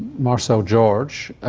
marcel george